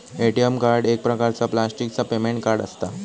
ATM card एक प्रकारचा प्लॅस्टिकचा पेमेंट कार्ड असता